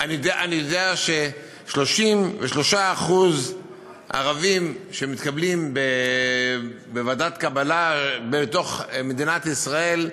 אני יודע ש-33% ערבים שמתקבלים בוועדת קבלה במדינת ישראל,